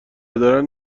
دارن